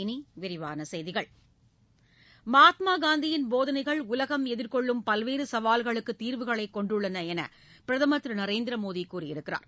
இனி விரிவான செய்திகள் மகாத்மா காந்தியின் போதனைகள் உலகம் எதிர்கொள்ளும் பல்வேறு சவால்களுக்கு தீர்வுகளை கொண்டுள்ளன என்று பிரதமர் திரு நரேந்திர மோடி கூறியிருக்கிறார்